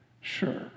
Sure